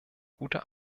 gute